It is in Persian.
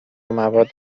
مواد